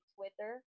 Twitter